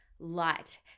light